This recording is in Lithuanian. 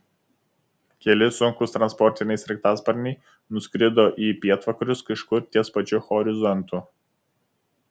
keli sunkūs transportiniai sraigtasparniai nuskrido į pietvakarius kažkur ties pačiu horizontu